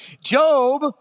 Job